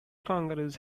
kangaroos